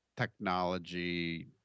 Technology